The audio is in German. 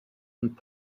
und